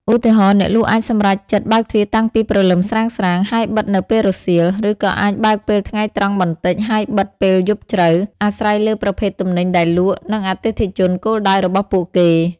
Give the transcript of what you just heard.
ឧទាហរណ៍ អ្នកលក់អាចសម្រេចចិត្តបើកទ្វារតាំងពីព្រលឹមស្រាងៗ ហើយបិទនៅពេលរសៀល ឬក៏អាចបើកពេលថ្ងៃត្រង់បន្តិចហើយបិទពេលយប់ជ្រៅ អាស្រ័យលើប្រភេទទំនិញដែលលក់ និងអតិថិជនគោលដៅរបស់ពួកគេ។